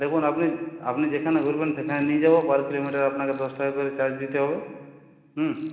দেখুন আপনি আপনি যেখানে বলবেন সেখানে নিয়ে যাব পার কিলোমিটার আপনাকে দশ টাকা করে চার্জ দিতে হবে হুম